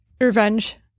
revenge